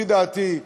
לפי דעתי,